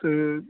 تو